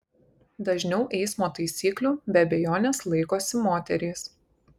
dažniau eismo taisyklių be abejonės laikosi moterys